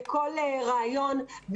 לכל רעיון,